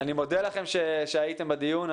אני מודה לכם על שהייתם בדיון.